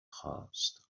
خاست